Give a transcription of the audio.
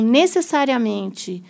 necessariamente